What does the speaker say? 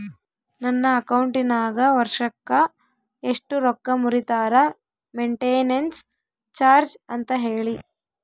ನನ್ನ ಅಕೌಂಟಿನಾಗ ವರ್ಷಕ್ಕ ಎಷ್ಟು ರೊಕ್ಕ ಮುರಿತಾರ ಮೆಂಟೇನೆನ್ಸ್ ಚಾರ್ಜ್ ಅಂತ ಹೇಳಿ?